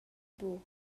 buc